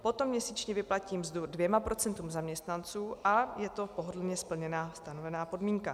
Potom měsíčně vyplatí mzdu dvěma procentům zaměstnanců a je to pohodlně splněná stanovená podmínka.